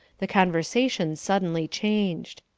the conversation suddenly changed.